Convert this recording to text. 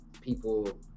people